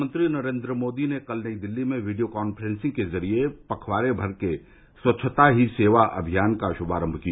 प्रधानमंत्री नरेन्द्र मोदी ने कल नई दिल्ली में वीडियो कांफ्रेंसिंग के जरिए पखवाड़े भर के स्वच्छता ही सेवा अभियान का शुभारंभ किया